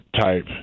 type